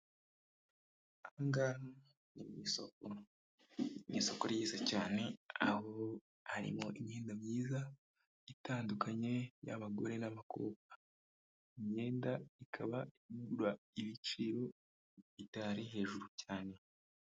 Aha ngaha ni mu isoko, isoko ryiza cyane aho harimo imyenda myiza, itandukanye y'abagore n'abakobwa. Imyenda ikaba igura ibiciro bitari hejuru cyane.